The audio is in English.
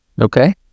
okay